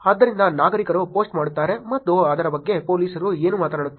ಆದ್ದರಿಂದ ನಾಗರಿಕರು ಪೋಸ್ಟ್ ಮಾಡುತ್ತಾರೆ ಮತ್ತು ಅದರ ಬಗ್ಗೆ ಪೊಲೀಸರು ಏನು ಮಾಡುತ್ತಾರೆ